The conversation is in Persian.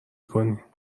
کنین